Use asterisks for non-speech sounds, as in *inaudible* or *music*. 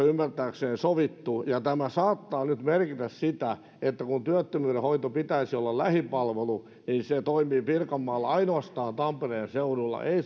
*unintelligible* ymmärtääkseni sovittu ja tämä saattaa nyt merkitä sitä että kun työttömyyden hoidon pitäisi olla lähipalvelu niin se toimii pirkanmaalla ainoastaan tampereen seudulla ei *unintelligible*